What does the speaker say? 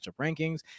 rankings